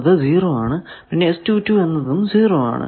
എന്നത് 0 ആണ് പിന്നെ എന്നതും 0 ആണ